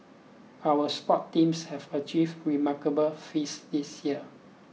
our sport teams have achieved remarkable feats this year